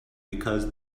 because